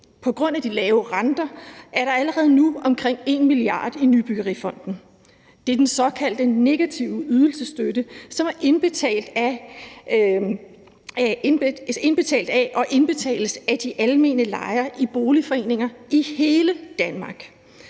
På grund af de lave renter er der allerede nu omkring 1 mia. kr. i Nybyggerifonden. Det er den såkaldte negative ydelsesstøtte, som er indbetalt af og indbetales af de almene lejere i boligforeninger i hele Danmark.